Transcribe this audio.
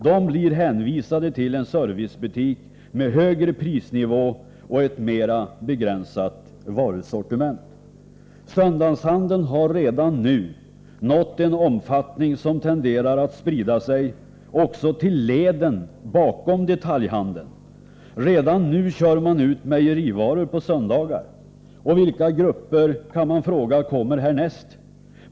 De blir hänvisade till servicebutik med högre prisnivå och ett mer begränsat varusortiment. Söndagshandeln har redan nu nått en omfattning som tenderar att sprida sig även till leden bakom detaljhandeln. Redan nu kör man ut mejerivaror på söndagarna. Vilka grupper, kan man fråga, kommer härnäst?